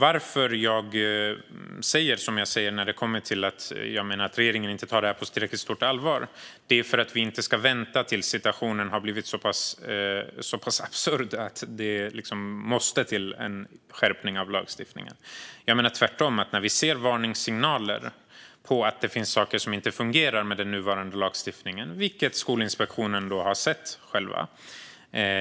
Anledningen till att jag säger att regeringen inte tar detta på tillräckligt stort allvar är att vi inte ska vänta tills situationen har blivit så pass absurd att det måste till en skärpning av lagstiftningen. Jag menar tvärtom. När vi ser varningssignaler om att det finns saker som inte fungerar med den nuvarande lagstiftningen måste vi ta det på stort allvar. Skolinspektionen har själv sett detta.